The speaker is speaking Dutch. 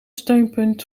steunpunt